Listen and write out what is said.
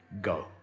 Go